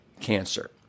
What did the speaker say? cancer